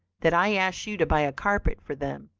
that i asked you to buy a carpet for them,